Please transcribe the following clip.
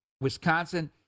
Wisconsin